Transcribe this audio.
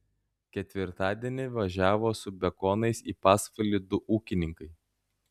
ketvirtadienį važiavo su bekonais į pasvalį du ūkininkai